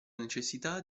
necessità